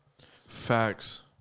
Facts